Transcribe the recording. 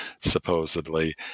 supposedly